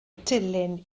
dilin